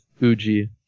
Uji